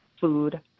food